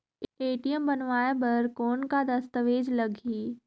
ATM बनवाय बर कौन का दस्तावेज लगही?